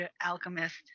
alchemist